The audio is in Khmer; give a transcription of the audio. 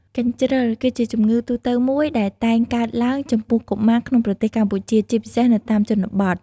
កញ្ជ្រឹល គឺជាជំងឺទូទៅមួយដែលតែងកើតឡើងចំពោះកុមារក្នុងប្រទេសកម្ពុជា ជាពិសេសនៅតាមជនបទ។